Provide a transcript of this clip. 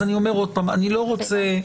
אני אומר שוב שאני לא רוצה,